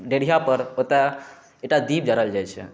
डेढ़ियापर ओतऽ एकटा दीप जराओल जाइ छै